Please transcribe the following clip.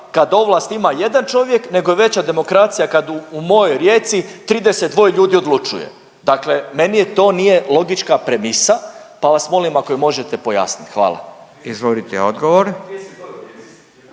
kad ovlast ima jedan čovjek nego je veća demokracija kad u mojoj Rijeci 32 ljudi odlučuje? Dakle, meni to nije logična premisa, pa vas molim ako je možete pojasniti. Hvala. **Radin, Furio